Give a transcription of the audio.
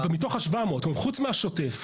מתוך ה-700,000, חוץ מהשוטף.